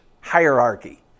hierarchy